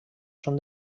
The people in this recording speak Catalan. són